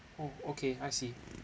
oh okay I see